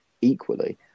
equally